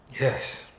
Yes